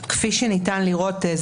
כפי שניתן לראות,